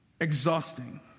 Exhausting